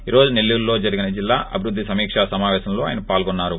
ఈ రోజు నెల్లూరులో జరిగిన జిల్లా అభివృద్ది సమీక సమాపేశంలో ఆయస పాల్గోన్నారు